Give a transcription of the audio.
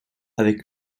avec